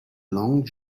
long